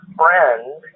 friend